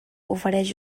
ofereix